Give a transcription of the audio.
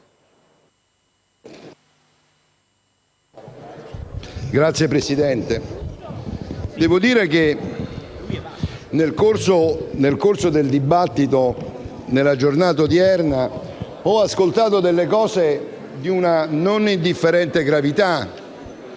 Signor Presidente, devo dire che nel corso del dibattito svoltosi nella giornata odierna, ho ascoltato delle cose di una non indifferente gravità.